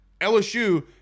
LSU